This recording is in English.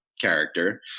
character